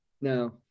No